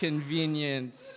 Convenience